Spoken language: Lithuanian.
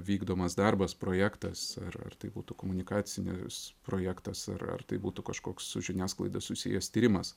vykdomas darbas projektas ar ar tai būtų komunikacinis projektas ar ar tai būtų kažkoks su žiniasklaida susijęs tyrimas